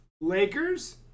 Lakers